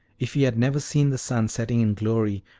if you had never seen the sun setting in glory,